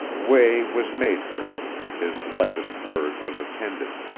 way was made for him, his lightest word was attended.